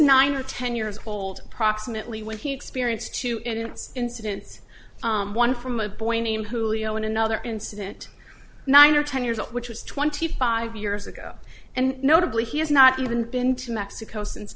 nine or ten years old proximately when he experienced two and in incidents one from a boy named julio in another incident nine or ten years old which was twenty five years ago and notably he has not even been to mexico since